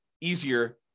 easier